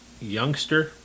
youngster